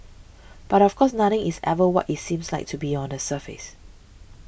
but of course nothing is ever what it seems like to be on the surface